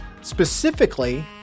Specifically